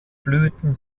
blüten